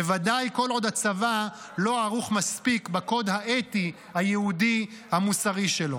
בוודאי כל עוד הצבא לא ערוך מספיק בקוד האתי היהודי המוסרי שלו.